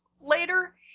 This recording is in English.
later